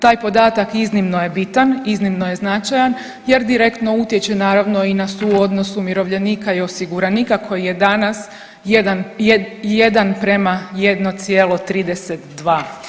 Taj podatak iznimno je bitan, iznimno je značajan jer direktno utječe naravno i na suodnos umirovljenika i osiguranika koji je danas 1:1,32.